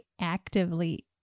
actively